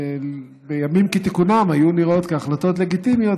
החלטות שבימים כתיקונם היו נראות כהחלטות לגיטימיות,